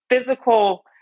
physical